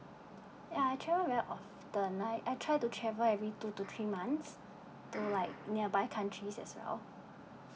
ya I travel very often like I try to travel every two to three months to like nearby countries as well